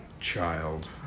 child